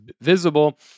visible